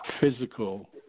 physical